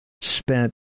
spent